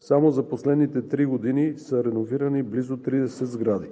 Само за последните три години са реновирани близо 30 сгради.